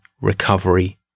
recovery